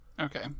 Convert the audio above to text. Okay